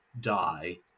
die